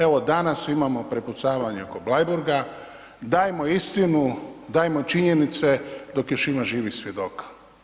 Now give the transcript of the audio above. Evo, danas imamo prepucavanje oko Bleiburga, dajmo istinu, dajmo činjenice dok još ima živih svjedoka.